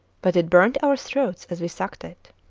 but it burnt our throats as we sucked it.